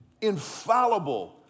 infallible